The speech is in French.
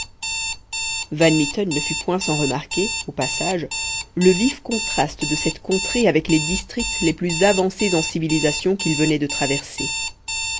van mitten ne fut point sans remarquer au passage le vif contraste de cette contrée avec les districts plus avancés en civilisation qu'il venait de traverser